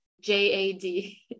j-a-d